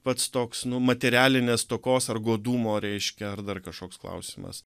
pats toks nu materialinės stokos ar godumo reiškia ar dar kažkoks klausimas